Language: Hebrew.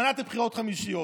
מנעתי בחירות חמישיות.